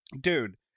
Dude